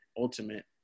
ultimate